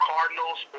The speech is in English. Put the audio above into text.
Cardinals